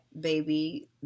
baby